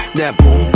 that boom